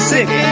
Sick